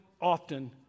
often